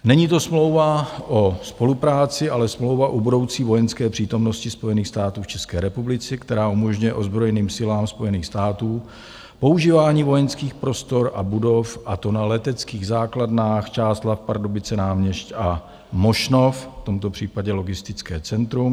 Není to smlouva o spolupráci, ale smlouva o budoucí vojenské přítomnosti Spojených států v České republice, která umožňuje ozbrojeným silám Spojených států používání vojenských prostor a budov, a to na leteckých základnách Čáslav, Pardubice, Náměšť a Mošnov, tomto případě logistické centrum.